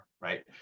right